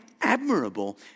admirable